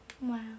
Wow